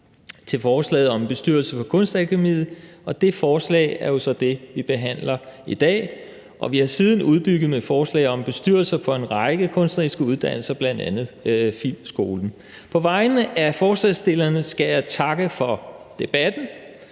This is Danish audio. til forslaget om en bestyrelse for Kunstakademiet, og det forslag er jo så det, vi behandler i dag. Vi har siden udbygget med forslag om bestyrelser for en række kunstneriske uddannelser, bl.a. Filmskolen. På vegne af forslagsstillerne skal jeg takke for debatten.